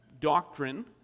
doctrine